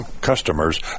customers